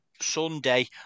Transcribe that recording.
Sunday